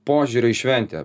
požiūrio į šventę